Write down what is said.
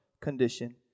condition